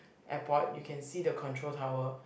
airport you can see the control tower